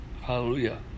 Hallelujah